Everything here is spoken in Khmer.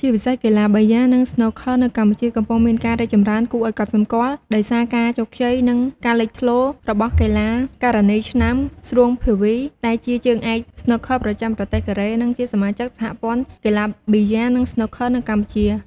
ជាពិសេសកីឡាប៊ីយ៉ានិងស្នូកឃ័រនៅកម្ពុជា កំពុងមានការរីកចម្រើនគួរឱ្យកត់សម្គាល់ ដោយសារការជោគជ័យនិងការលេចធ្លោរបស់កីឡាការិនីឆ្នើម ស្រួង ភាវី ដែលជាជើងឯកស្នូកឃ័រប្រចាំប្រទេសកូរ៉េ និងជាសមាជិកសហព័ន្ធកីឡាប៊ីយ៉ា និងស្នូកឃ័រនៅកម្ពុជា។